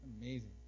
Amazing